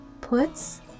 puts